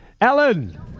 Alan